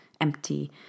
empty